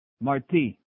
Marti